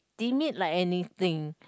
timid like anything